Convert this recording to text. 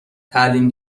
تعلیم